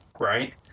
right